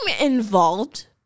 involved